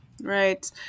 Right